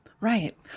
Right